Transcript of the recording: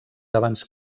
abans